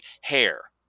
hair